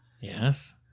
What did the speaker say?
Yes